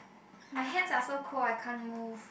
my hands are so cold I can't move